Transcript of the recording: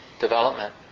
development